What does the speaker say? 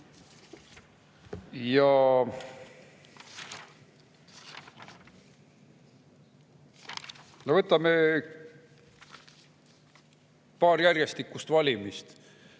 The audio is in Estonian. Võtame paar järjestikust valimist.